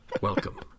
Welcome